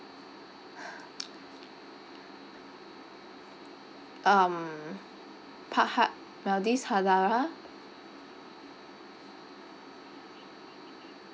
um Park Hyatt maldives hadahaa